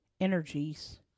energies